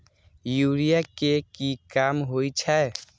Urea के की काम होई छै?